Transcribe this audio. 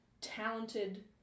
talented